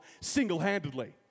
single-handedly